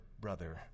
brother